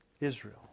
Israel